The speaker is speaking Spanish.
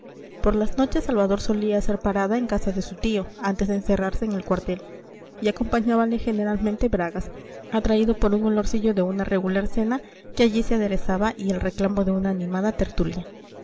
por las noches salvador solía hacer parada en casa de su tío antes de encerrarse en el cuartel y acompañábale generalmente bragas atraído por un olorcillo de una regular cena que allí se aderezaba y el reclamo de una animada tertulia